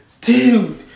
dude